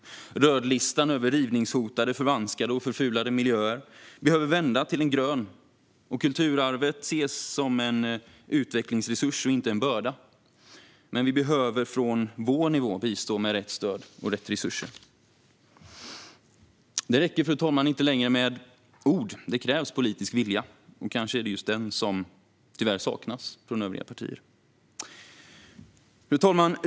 Rödlistan över rivningshotade, förvanskade och förfulade miljöer behöver vända till en grön lista, och kulturarvet behöver ses som en utvecklingsresurs och inte en börda. Men vi behöver från vår nivå bistå med rätt stöd och rätt resurser. Fru talman! Det räcker inte längre med ord, utan det krävs politisk vilja. Kanske är det tyvärr just den som saknas från övriga partier. Fru talman!